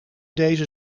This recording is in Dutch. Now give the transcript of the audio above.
deze